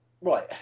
right